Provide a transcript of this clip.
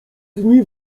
dni